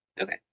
Okay